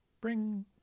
bring